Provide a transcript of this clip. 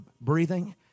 breathing